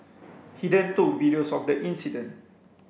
he then took videos of the incident